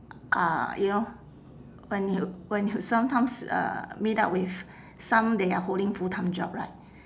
uh you know when you when you sometimes uh meet up with some they are holding full time job right